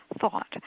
thought